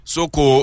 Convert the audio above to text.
Soko